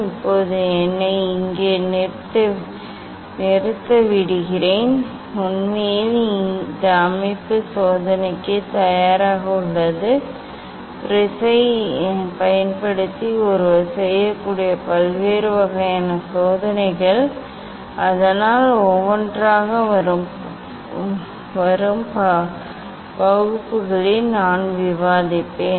இப்போது என்னை இங்கே நிறுத்த விடுகிறேன் உண்மையில் இந்த அமைப்பு சோதனைக்கு தயாராக உள்ளது முப்படை கண்ணாடிப்பயன்படுத்தி ஒருவர் செய்யக்கூடிய பல்வேறு வகையான சோதனைகள் அதனால் ஒவ்வொன்றாக வரும் வகுப்புகளில் நான் விவாதிப்பேன்